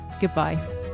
goodbye